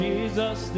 Jesus